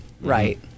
Right